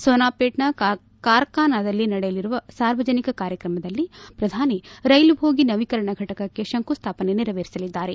ಸೋನಾಪೇಟ್ನ ಕಾರ್ಕನಾದಲ್ಲಿ ನಡೆಯಲಿರುವ ಸಾರ್ವಜನಿಕ ಕಾರ್ಯಕ್ರಮದಲ್ಲಿ ಪ್ರಧಾನಿ ರೈಲು ಬೋಗಿ ನವೀಕರಣ ಫಟಕಕ್ಕೆ ಶಂಕು ಸ್ಥಾಪನೆ ನೆರವೇರಿಸಲಿದ್ದಾರೆ